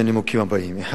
מהנימוקים האלה: א.